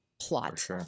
plot